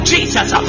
Jesus